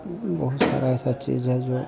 बहुत सारी ऐसी चीज़ है जो